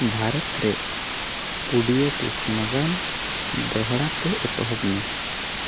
ᱵᱷᱟᱨᱚᱛᱨᱮ audio book ᱱᱟᱜᱟᱢ ᱫᱚᱦᱲᱟᱛᱮ ᱮᱛᱚᱦᱚᱵ ᱢᱮ